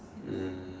mm